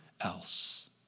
else